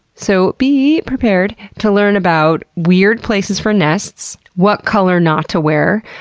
so, bee prepared to learn about weird places for nests, what color not to wear,